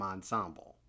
Ensemble